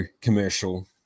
commercial